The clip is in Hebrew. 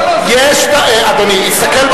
לא, לא, אדוני, הסתכל,